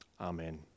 Amen